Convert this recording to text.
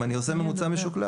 אם אני עושה ממוצע משוקלל,